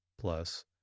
plus